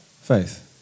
faith